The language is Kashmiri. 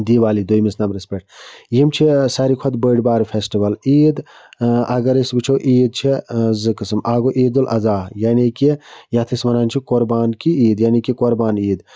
دیوالی دوٚیمِس نمبرَس پٮ۪ٹھ یِم چھِ ساروی کھۄتہٕ بٔڑۍ بارٕ فٮ۪سٹِوَل عیٖد اَگر أسۍ وٕچھو عیٖد چھےٚ زٕ قٕسٕم اَکھ گوٚو عیٖد الاضحیٰ یعنی کہِ یَتھ أسۍ وَنان چھِ قۄربان کہِ عیٖد یعنی کہِ قۄربان عیٖد